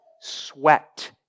sweat